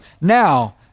now